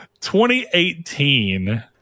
2018